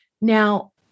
Now